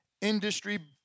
industry